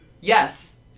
yes